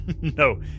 No